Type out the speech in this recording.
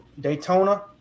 Daytona